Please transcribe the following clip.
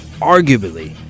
arguably